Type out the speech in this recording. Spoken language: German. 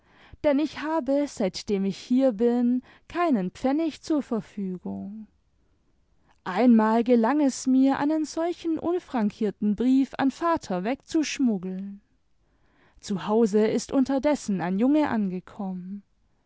denn ich habe seitdem ich hier bin keinen pfeimig zur verfügung einmal gelang es mir einen solchen unfrankierten brief an vater wegzuschmuggeln zu hause ist unterdessen ein junge angekonunen